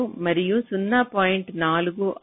36 మరియు 0